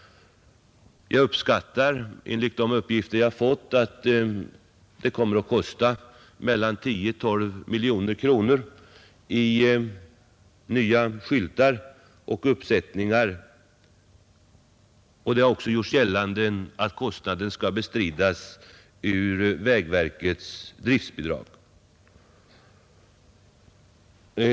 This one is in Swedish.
Jag uppskattar enligt de uppgifter jag fått att det kommer att behövas mellan 10 och 12 miljoner kronor för nya skyltar och uppsättningar. Det har också gjorts gällande att kostnaden skall bestridas ur vägverkets driftbidrag.